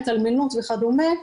התאלמנות וכדומה,